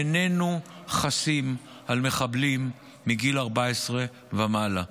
איננו חסים על מחבלים מגיל 14 ומעלה,